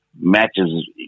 matches